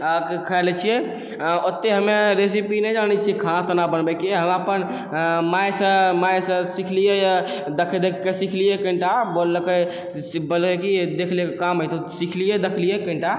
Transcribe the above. बनाकऽ खाइ लै छिए ओते हमे रेसिपी नहि जानै छी खाना ताना बनबैके हम अपन माइसँ सिखलिए देख देखकऽ सिखलिए कनिटा बोललकै बनेली देखले काम एतौ सिखलिए देखलिए कनिटा